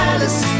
Alice